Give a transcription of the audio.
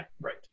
right